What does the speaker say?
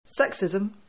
Sexism